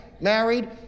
married